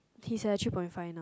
he's at three point five now